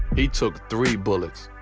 he took three bullets.